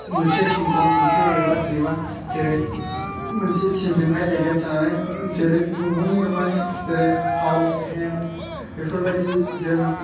मोनसे थिमखौ मोनसे एबा जेनोबा जेरैै मोनसे थिमजोंहाय एगेन्स जानानै जेरै नंगौनि नङानि जेरै फावलस हेन्द्स बेफोरबादि जों